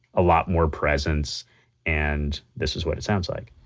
a lot more presence and this is what it sounds like